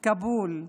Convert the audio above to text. כבול,